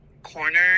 corner